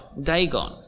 Dagon